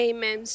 Amen